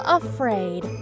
afraid